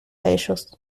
ellos